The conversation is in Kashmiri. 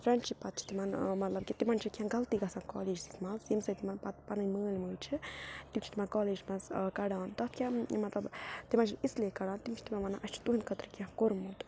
فرٮ۪نٛڈشِپ پَتہٕ چھِ تِمَن مطلب کہِ تِمَن چھِ کیٚنٛہہ غلطی گژھان کالیجَس منٛز ییٚمہِ سۭتۍ تِمَن پَتہٕ پَنٕنۍ مٲلۍ مٲلۍ چھِ تِم چھِ تِمَن کالیج منٛز کَڑان تَتھ کیٛاہ مطلب تِمَن چھِ اِسلیے کَڑان تِم چھِ تِمَن وَنان اَسہِ چھُ تُہٕنٛدِ خٲطرٕ کیٚنٛہہ کوٚرمُت